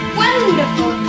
wonderful